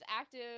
active